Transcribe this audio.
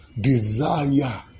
desire